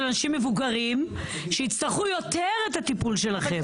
אנשים מבוגרים שיצטרכו יותר את הטיפול שלכם.